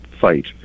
fight